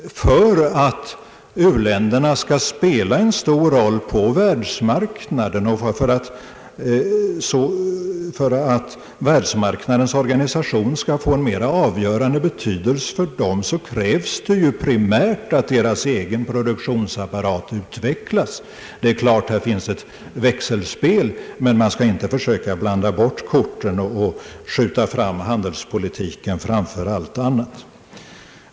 För att u-länderna skall spela en stor roll på världsmarknaden och för att världsmarknadens organisation skall få en mera avgörande betydelse för dem krävs primärt att deras egen produktionsapparat utvecklas. Det är klart att det finns ett växelspel, men man skall inte försöka blanda bort korten och skjuta fram handelspolitiken framför allt annat.